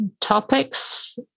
topics